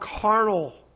carnal